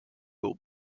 will